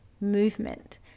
movement